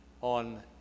on